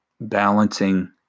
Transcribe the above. balancing